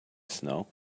snow